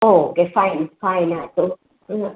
okay fine fine ಆಯ್ತು ಇನ್ನೂ